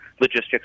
Logistics